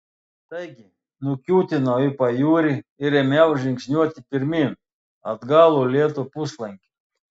taigi nukiūtinau į pajūrį ir ėmiau žingsniuoti pirmyn atgal uolėtu puslankiu